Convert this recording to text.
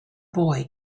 boy